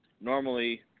normally